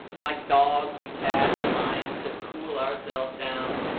like dogs and cats and lions to cool ourselves down.